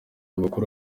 makuru